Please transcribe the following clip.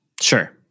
sure